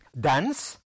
dance